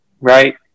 Right